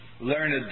learned